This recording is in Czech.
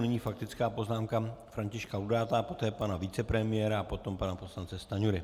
Nyní faktická poznámka Františka Laudáta a poté pana vicepremiéra a potom pana poslance Stanjury.